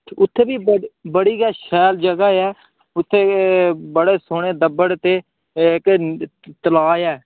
उत्थै बी बड़ी बड़ी गै शैल जगह् ऐ उत्थै बड़े सोह्ने दब्बड़ ते तलाऽ ऐ